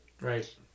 Right